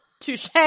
Touche